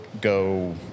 go